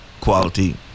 quality